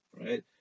Right